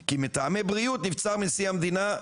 כי מטעמי בריאות נבצר מנשיא המדינה,